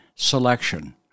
selection